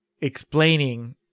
explaining